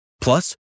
Plus